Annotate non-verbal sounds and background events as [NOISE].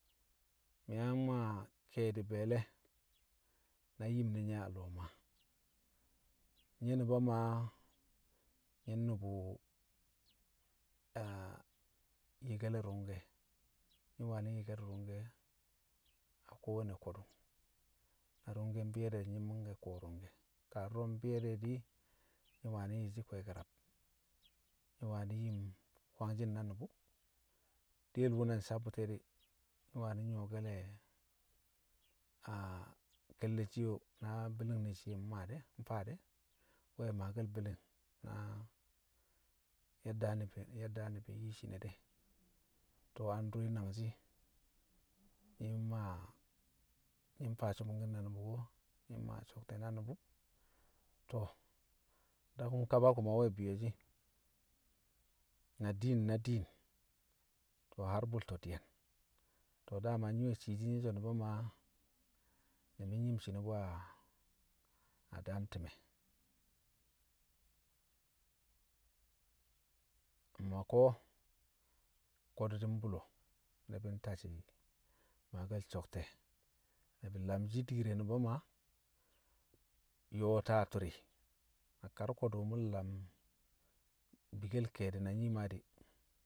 Mi̱ yang maa ke̱e̱di̱ be̱e̱le̱ na yim ne̱ nye̱ a lo̱o̱ Maa. Nyi̱ Nu̱ba Maa nyi̱ nnu̱bu̱ [HESITATION] yi̱kke̱le̱ ru̱ngke̱, nyi̱ wanị yi̱kke̱l rṵngke̱ a kowanne ko̱dṵ, na ru̱ngke̱ mbi̱yo̱ de̱ di̱ nyi̱ mangke̱ kṵwo̱ ru̱ngke̱, kaa duro̱ mbi̱yo̱ de̱ di̱, nyi̱ wani̱ yi̱shi̱ kwe̱e̱ke̱ rab. Nyi̱ wani̱ yim kwangshi̱n na nṵbṵ, diyel wṵ na nsabbu̱ti̱ e̱ di̱, nyi̱ wani̱ nyṵwo̱ke̱le̱ [HESITATION] ke̱lle̱ shiye o̱ na bi̱li̱ng ne̱ shiye o̱ mmaa de̱, mfaa de̱, nwe̱ maake̱l bi̱li̱n na ye̱dda ni̱bi̱, ye̱dda ni̱bi̱ nyi̱ shiine de. To̱ a ndure nangshi, nyi̱ mmaa, nyi̱ mfaa su̱bu̱ngki̱n na nu̱bu̱, nyi̱ mmaa so̱kte̱ na nu̱bu̱. To̱, dakum kaba ku̱ma nwe̱ bo̱yo̱shi̱ na diin na diin, to̱ har bu̱lto̱ di̱ye̱n. To̱ daman nyi̱ nwe̱ cii shi̱ nyi̱ so̱ Nu̱ba Maa, ni̱bi̱ myi̱m shiine bu a- a daam ti̱me̱. Amma ko̱ ko̱dṵ di̱ mbṵlo̱, ni̱bi̱ di̱ ntacci̱ maake̱l so̱kte̱, ni̱bi̱ nlamshi diir re Nu̱ba Maa yo̱o̱ta tu̱ri̱ na kar ko̱dṵ mu̱ nlam bikkel ke̱e̱di̱ na Nyii Maa di̱